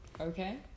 okay